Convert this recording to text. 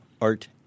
Art